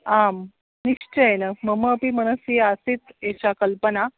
आं निश्चयेन मम अपि मनसि आसीत् एषा कल्पना